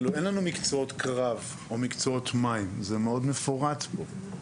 אין לנו מקצועות קרב או מקצועות מים וזה מאוד מפורט פה.